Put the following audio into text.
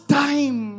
time